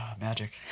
Magic